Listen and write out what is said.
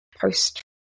post